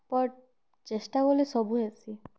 but ଚେଷ୍ଟା କଲେ ସବୁ ହେସି